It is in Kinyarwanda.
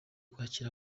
kwakira